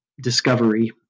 discovery